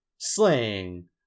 Sling